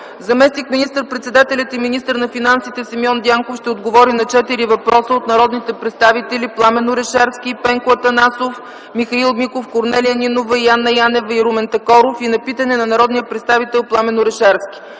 Заместник министър-председателят и министър на финансите Симеон Дянков ще отговори на четири въпроса от народните представители Пламен Орешарски, Пенко Атанасов, Михаил Миков, Корнелия Нинова и Анна Янева и Румен Такоров и на питане на народния представител Пламен Орешарски.